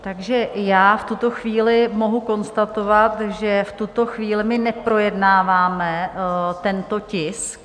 Takže já v tuto chvíli mohu konstatovat, že v tuto chvíli my neprojednáváme tento tisk.